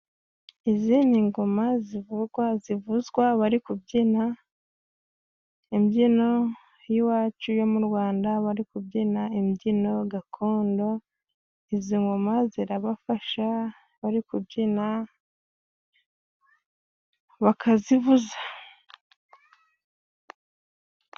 Izi ni ingoma zivugwa zivuzwa bari kubyina imbyino y'iwacu yo mu Rwanda bari kubyina imbyino gakondo .Izi ngoma zirabafasha bari kubyina bakazivuza.